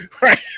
Right